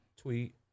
tweet